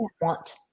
want